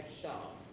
sharp